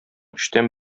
өчтән